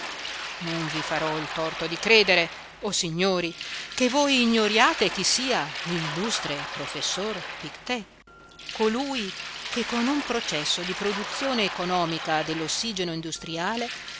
non vi farò il torto di credere o signori che voi ignoriate chi sia l'illustre professor pictet colui che con un processo di produzione economica dell'ossigeno industriale